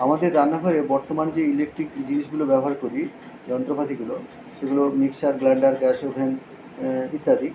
আমাদের রান্নাঘরে বর্তমান যে ইলেকট্রিক জিনিসগুলো ব্যবহার করি যন্ত্রপাতিগুলো সেগুলো মিক্সার গ্রাইণ্ডার গ্যাস ওভেন ইত্যাদি